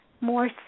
more